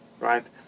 Right